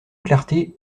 clarté